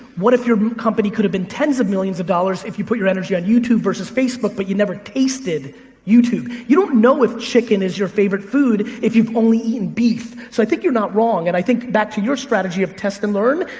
what if your company could have been worth tens of millions of dollars if you put your energy on youtube versus facebook but you never tasted youtube. you don't know if chicken is your favorite food if you've only eaten beef. so i think your not wrong and i think back to your strategy of test and learn,